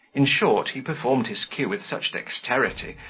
in short, he performed his cue with such dexterity,